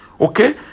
Okay